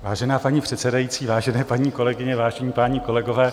Vážená paní předsedající, vážené paní kolegyně, vážení páni kolegové.